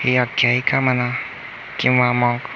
ही आख्यायिका म्हणा किंवा मग